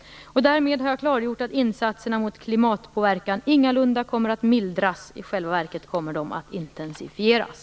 Därmed har jag klargjort att insatserna mot klimatpåverkan ingalunda kommer att mildras; i själva verket kommer de att intensifieras.